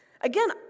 Again